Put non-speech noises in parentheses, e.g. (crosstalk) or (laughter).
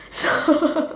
ya (laughs)